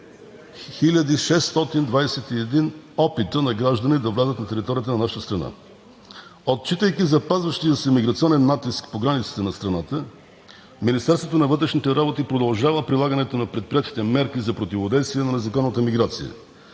621 опита на граждани да влязат на територията на нашата страна! Отчитайки запазващия се миграционен натиск по границата на страната, Министерството на вътрешните работи продължава прилагането на предприетите мерки за противодействие на незаконната миграция.